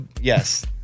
yes